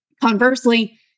conversely